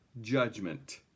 judgment